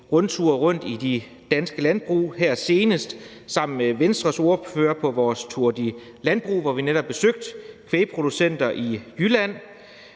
rundtur til de danske landbrug og her senest sammen med Venstres ordfører på vores tour de landbrug, hvor vi netop besøgte kvægproducenter i Jylland.